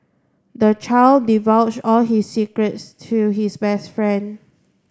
the child divulge all his secrets to his best friend